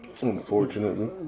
Unfortunately